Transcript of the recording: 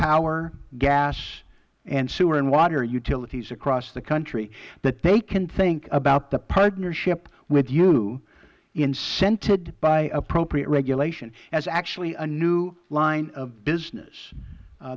power gas sewer and water utilities across the country that they can think about the partnership with you incented by appropriate regulation as actually a new line of business